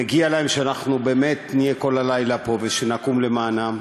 מגיע להם שאנחנו באמת נהיה כל הלילה פה ושנקום למענם.